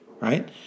right